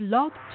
Love